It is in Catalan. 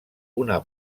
una